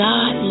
God